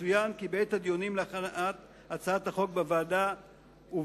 יצוין כי בעת הדיונים להכנת הצעת החוק בוועדה הובהר